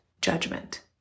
judgment